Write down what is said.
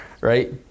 right